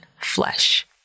flesh